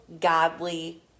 godly